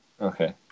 Okay